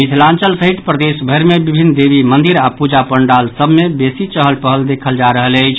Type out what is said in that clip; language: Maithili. मिथिलांचल सहित प्रदेश भरि मे विभिन्न देवी मंदिर आ पूजा पंडाल मे बेसी चहल पहल देखल जा रहल अछि